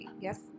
Yes